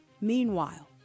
Meanwhile